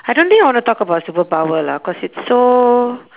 I don't think I want to talk about superpower lah cause it's so